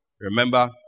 Remember